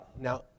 Now